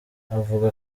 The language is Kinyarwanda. avuga